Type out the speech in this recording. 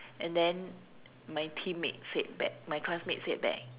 and then my teammates said back my classmates said back